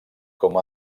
com